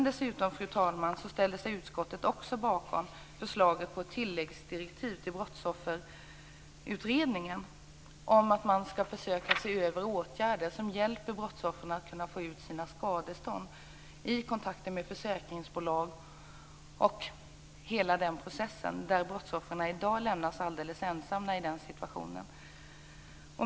Dessutom, fru talman, ställde sig utskottet bakom förslaget om tilläggsdirektiv till Brottsofferutredningen när det gäller att se över åtgärder som hjälper brottsoffren att få ut sina skadestånd i kontakter med försäkringsbolag, t.ex. brottsoffren lämnas i dag alldeles ensamma i den situationen.